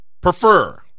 prefer